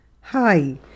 Hi